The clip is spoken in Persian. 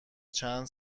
چند